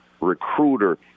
recruiter